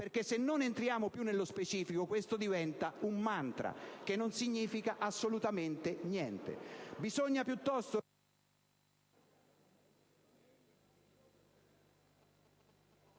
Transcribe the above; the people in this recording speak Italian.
cose. Se non entriamo più nello specifico, infatti, questo diventa un *mantra*, che non significa assolutamente niente.